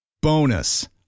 Bonus